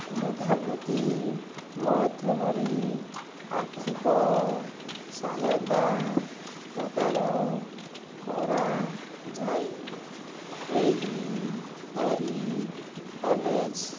ମେଧାବୃତ୍ତି ମାଧ୍ୟମରେ ଆର୍ଥିକ ସହାୟତା ପ୍ରଦାନ କରାଯାଏ ଏହିପରି କଲେଜ୍